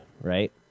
right